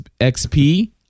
XP